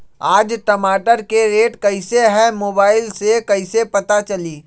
आज टमाटर के रेट कईसे हैं मोबाईल से कईसे पता चली?